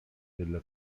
della